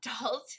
adult